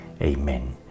Amen